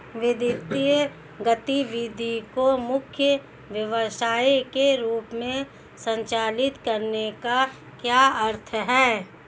वित्तीय गतिविधि को मुख्य व्यवसाय के रूप में संचालित करने का क्या अर्थ है?